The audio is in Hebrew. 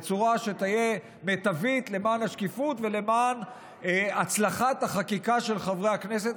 בצורה שתהיה מיטבית למען השקיפות ולמען הצלחת החקיקה של חברי הכנסת,